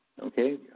okay